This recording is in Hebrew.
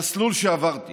המסלול שעברתי